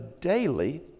daily